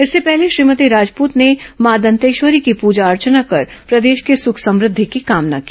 इससे पहले श्रीमती राजपूत ने मां दंतेश्वरी की पूजा अर्चना कर प्रदेश की सुख समृद्धि की कामना की